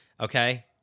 okay